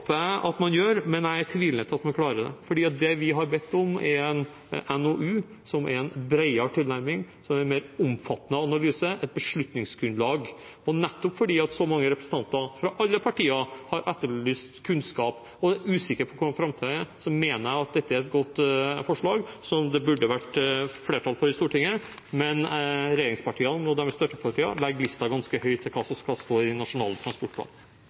at man gjør, men jeg er tvilende til at man klarer det. Det vi har bedt om, er en NOU, som er en bredere tilnærming, en mer omfattende analyse, et beslutningsgrunnlag. Nettopp fordi så mange representanter fra alle partier har etterlyst kunnskap og er usikker på hvordan framtiden er, mener jeg at dette er et godt forslag, som det burde vært flertall for i Stortinget. Regjeringspartiene og deres støttepartier legger lista ganske høyt for hva som skal stå i Nasjonal transportplan.